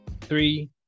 three